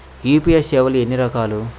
UPI సేవలు ఎన్నిరకాలు?